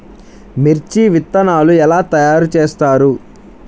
మిర్చి విత్తనాలు ఎలా తయారు చేస్తారు?